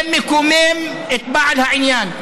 זה מקומם את בעל העניין,